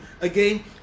again